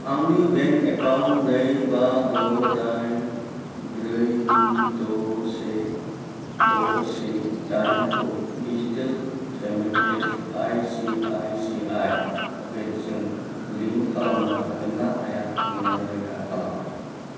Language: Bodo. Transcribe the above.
आंनि बेंक एकाउन्ट नै बा द' दाइन ब्रै गु द' से द' से दाइनखौ digital payment app I C I C I प'केट्सजों लिंक खालामनो हागोन ना हाया अन्नानै रोखा खालाम